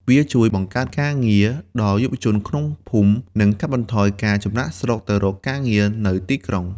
វាជួយ បង្កើតការងារ ដល់យុវជនក្នុងភូមិ និងកាត់បន្ថយការចំណាកស្រុកទៅរកការងារនៅទីក្រុង។